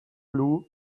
blue